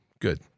good